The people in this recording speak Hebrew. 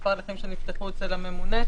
מספר הליכים שנפתחו אצל הממונה.